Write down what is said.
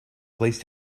please